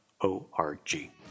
O-R-G